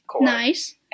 Nice